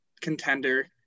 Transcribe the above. contender